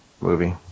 movie